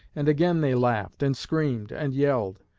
and again they laughed and screamed and yelled.